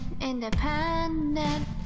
independent